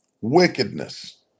wickedness